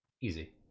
easy